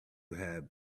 have